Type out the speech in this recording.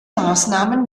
maßnahmen